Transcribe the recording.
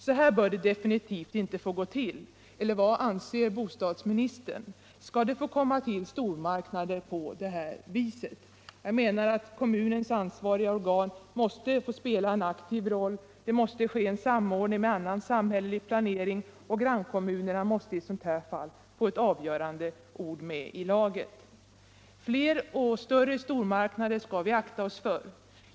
Så här bör det definitivt inte få gå till. Eller vad anser bostadsministern? Skall det få komma till stormarknader på det här viset? Jag menar att kommunens ansvariga organ måste få spela en aktiv roll och att det måste ske en samordning med annan samhällelig planering. Grannkommunerna måste i ett sådant fall som detta få ett ord med i laget. Fler och större stormarknader skall vi akta oss för.